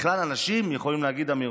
הם מאמינים למה שהם